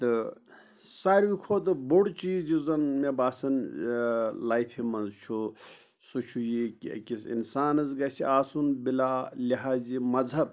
تہٕ ساروٕے کھۄتہٕ بوٚڈ چیٖز یُس زَن مےٚ باسان لیفہِ منٛز چھُ سُہ چھُ یی کہ أکِس اِنسانَس گَژھِ آسُن بِلا لِہاظ مذہَب